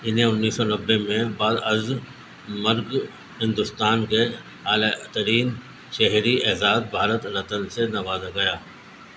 انہیں انیس سو نوے میں بعد از مرگ ہندوستان کے اعلیٰ ترین شہری اعزاز بھارت رتن سے نوازا گیا